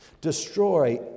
destroy